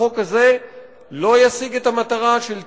החוק הזה לא ישיג את המטרה של ייעול,